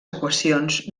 equacions